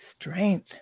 strength